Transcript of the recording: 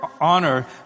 honor